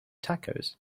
tacos